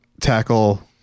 tackle